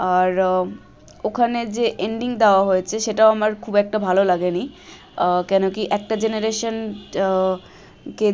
আর ওখানে যে এন্ডিং দাওয়া হয়েছে সেটাও আমার খুব একটা ভালো লাগেনি কেন কী একটা জেনারেশানকে